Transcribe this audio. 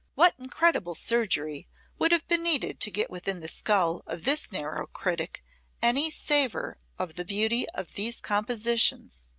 what incredible surgery would have been needed to get within the skull of this narrow critic any savor of the beauty of these compositions!